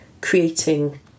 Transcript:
creating